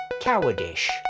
cowardish